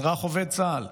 אזרח עובד צה"ל,